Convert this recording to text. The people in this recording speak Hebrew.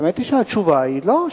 והאמת היא שהתשובה היא לא,